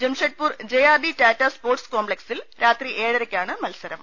Jamshedpur J R D Tata sports കോംപ്ലക്സിൽ രാത്രി ഏഴരയ്ക്കാണ് മത്സരം